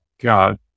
God